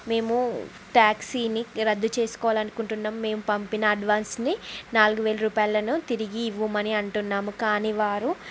మేము ట్యాక్సీని రద్దు చేసుకోవాలని అనుకుంటున్నాము మేము పంపిన అడ్వాన్స్ని నాలుగు వేల రూపాయలను తిరిగి ఇవ్వమని అంటున్నాము కానీ వారు